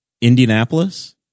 Indianapolis